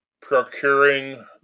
procuring